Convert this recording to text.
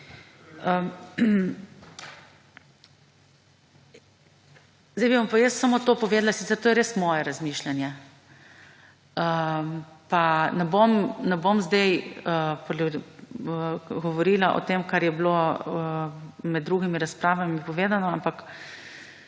Sedaj bi vam pa jaz samo to povedala, sicer to je res moje razmišljanje, pa ne bom sedaj govorila o tem kar je bilo med drugimi razpravami povedano, ampak